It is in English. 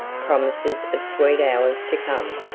promises of sweet hours to come.